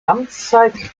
amtszeit